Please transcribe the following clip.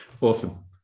Awesome